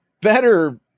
better